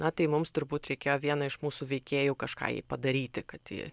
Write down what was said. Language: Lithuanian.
na tai mums turbūt reikėjo vieną iš mūsų veikėjų kažką jai padaryti kad ji